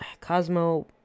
Cosmo